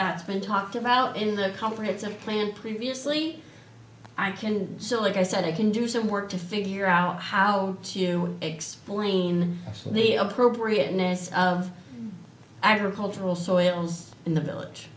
that's been talked about in the comprehensive plan previously i can so like i said i can do some work to figure out how to explain the appropriateness of agricultural soils in the